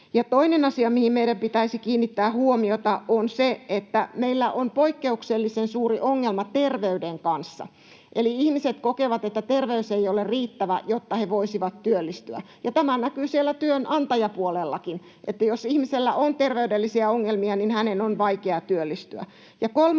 Toinen asia, mihin meidän pitäisi kiinnittää huomiota, on se, että meillä on poikkeuksellisen suuri ongelma terveyden kanssa eli ihmiset kokevat, että terveys ei ole riittävä, jotta he voisivat työllistyä. Tämä näkyy siellä työnantajapuolellakin, että jos ihmisellä on ter- veydellisiä ongelmia, niin hänen on vaikea työllistyä.